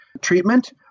treatment